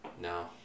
No